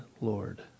Lord